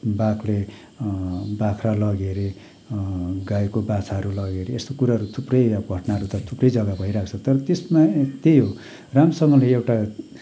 बाघले बाख्रा लग्यो हरे गाईको बाछाहरू लग्यो हरे यस्तो कुरोहरू थुप्रै अब घटनाहरू त थुप्रै जग्गा भइरहेको छ तर त्यसमा त्यही हो राम्रोसँगले एउटा